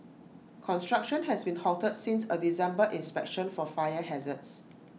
construction has been halted since A December inspection for fire hazards